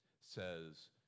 says